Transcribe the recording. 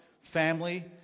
family